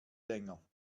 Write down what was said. länger